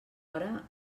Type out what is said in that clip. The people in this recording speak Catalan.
hora